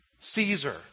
Caesar